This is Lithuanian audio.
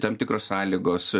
tam tikros sąlygos